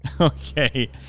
Okay